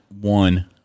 one